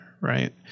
right